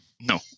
No